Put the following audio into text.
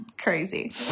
crazy